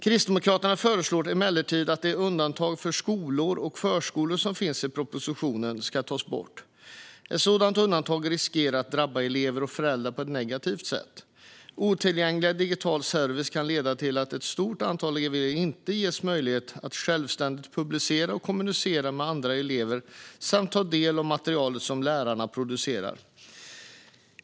Kristdemokraterna föreslår emellertid att det undantag för skolor och förskolor som finns i propositionen tas bort. Ett sådant undantag riskerar att drabba elever och föräldrar på ett negativt sätt. Otillgänglig digital service kan leda till att ett stort antal elever inte ges möjlighet att självständigt publicera och kommunicera med andra elever samt ta del av det material som lärarna producerar.